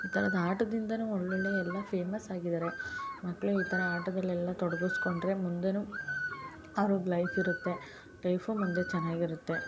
ಈ ಥರದ್ ಆಟದಿಂದನು ಒಳ್ಳೊಳ್ಳೆಯ ಎಲ್ಲಾ ಫೇಮಸ್ ಆಗಿದ್ದಾರೆ ಮಕ್ಕಳು ಈ ಥರ ಆಟದಲ್ಲಿ ಎಲ್ಲಾ ತೊಡಗುಸ್ಕೊಂಡರೆ ಮುಂದೆನು ಅವ್ರುಗೆ ಲೈಫ್ ಇರುತ್ತೆ ಲೈಫು ಮುಂದೆ ಚೆನ್ನಾಗಿರುತ್ತೆ